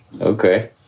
Okay